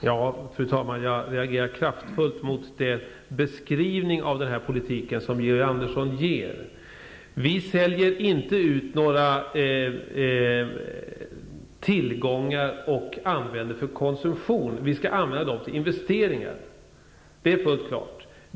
Fru talman! Jag reagerar kraftfullt mot den beskrivning av politiken som Georg Andersson ger. Vi säljer inte ut några tillgångar för att använda det vi får in för konsumtion, utan vi skall använda medlen till investeringar. Det är fullt klart.